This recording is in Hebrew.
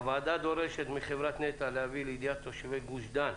הוועדה דורשת מחברת נת"ע להביא לידיעת תושבי גוש דן,